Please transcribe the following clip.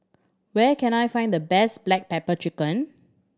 where can I find the best black pepper chicken